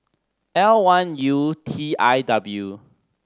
L one U T I W